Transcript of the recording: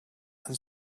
and